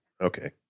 Okay